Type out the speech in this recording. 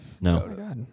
No